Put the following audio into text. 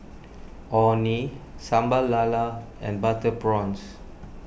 Orh Nee Sambal Lala and Butter Prawns